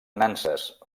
nanses